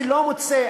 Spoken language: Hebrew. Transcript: אני לא מוצא,